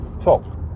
top